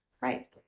Right